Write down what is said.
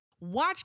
watch